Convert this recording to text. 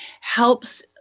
helps